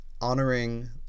honoring